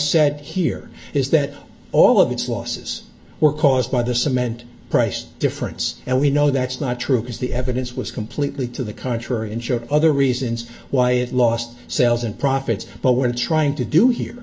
said here is that all of its losses were caused by the cement price difference and we know that's not true because the evidence was completely to the contrary and showed other reasons why it lost sales and profits but when trying to do here